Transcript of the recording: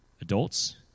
Adults